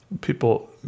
People